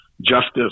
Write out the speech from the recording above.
justice